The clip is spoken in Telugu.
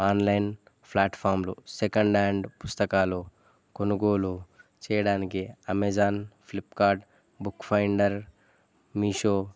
ఆన్లైన్ ప్లాట్ఫామ్లు సెకండ్ హ్యాండ్ పుస్తకాలు కొనుగోలు చేయడానికి Amazon Flipkart book finder Meesho